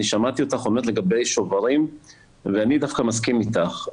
שמעתי אותך מדברת לגבי השוברים ואני מסכים איתך.